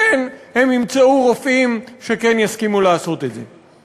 כן, הם ימצאו רופאים שיסכימו לעשות את זה.